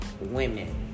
women